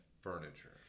furniture